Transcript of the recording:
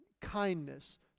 Kindness